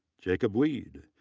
jacob weed,